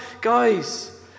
Guys